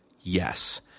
yes